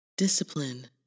Discipline